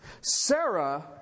Sarah